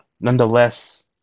nonetheless